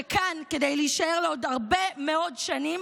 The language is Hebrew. שקם כדי להישאר לעוד הרבה מאוד שנים,